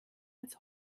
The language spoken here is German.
als